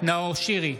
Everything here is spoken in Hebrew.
נאור שירי,